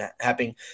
happening